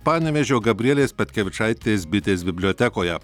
panevėžio gabrielės petkevičaitės bitės bibliotekoje